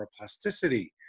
neuroplasticity